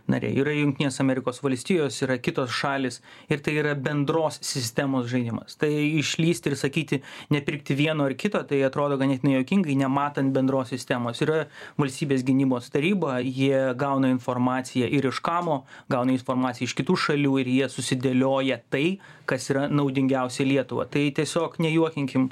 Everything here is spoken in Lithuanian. nariai yra jungtinės amerikos valstijos yra kitos šalys ir tai yra bendros sistemos žaidimas tai išlįsti ir sakyti nepirkti vieno ar kito tai atrodo ganėtinai juokingai nematant bendros sistemos yra valstybės gynimos taryba jie gauna informaciją ir iš kamo gauna informaciją iš kitų šalių ir jie susidėlioja tai kas yra naudingiausia lietuvą tai tiesiog nejuokinkim